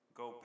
go